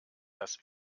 das